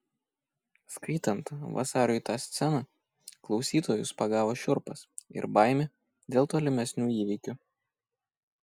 skaitant vasariui tą sceną klausytojus pagavo šiurpas ir baimė dėl tolimesnių įvykių